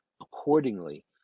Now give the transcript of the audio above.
accordingly